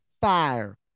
fire